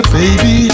Baby